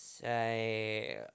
say